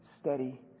steady